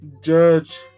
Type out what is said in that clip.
judge